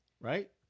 right